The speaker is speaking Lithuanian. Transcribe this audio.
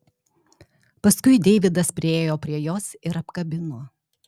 paskui deividas priėjo prie jos ir apkabino